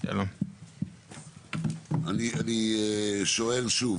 אני שואל שוב.